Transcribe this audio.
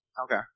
Okay